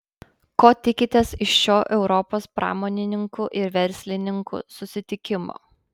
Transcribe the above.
ko tikitės iš šio europos pramonininkų ir verslininkų susitikimo